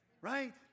right